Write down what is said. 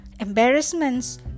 embarrassments